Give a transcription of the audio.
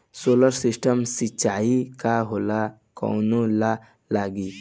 Solar system सिचाई का होला कवने ला लागी?